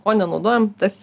ko nenaudojam tas